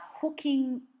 hooking